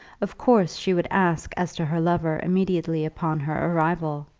of course she would ask as to her lover immediately upon her arrival.